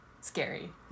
scary